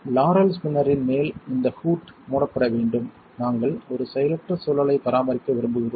Laurel ஸ்பின்னரின் மேல் உள்ள இந்த ஹூட் மூடப்பட வேண்டும் நாங்கள் ஒரு செயலற்ற சூழலை பராமரிக்க விரும்புகிறோம்